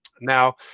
Now